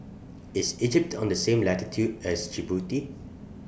IS Egypt on The same latitude as Djibouti